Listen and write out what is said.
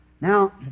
Now